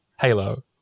Halo